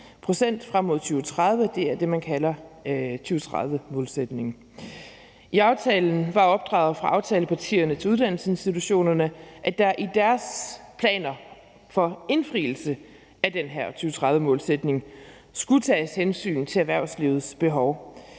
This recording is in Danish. pct. frem mod 2030. Det er det, man kalder 2030-målsætningen. I aftalen var opdraget fra aftalepartierne til uddannelsesinstitutionerne, at der i deres planer for indfrielse af den her 2030-målsætning skulle tages hensyn til erhvervslivets behov,